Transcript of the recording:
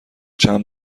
چعر